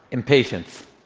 impatience.